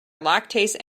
lactase